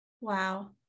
Wow